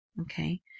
Okay